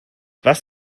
was